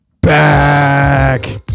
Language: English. back